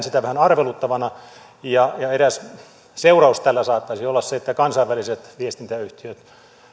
sitä vähän arveluttavana ja eräs seuraus tällä saattaisi olla se että kansainväliset viestintäyhtiöt